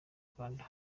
rwanda